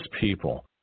people